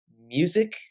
music